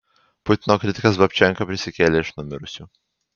putino kritikas babčenka prisikėlė iš numirusių